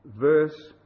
verse